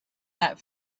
that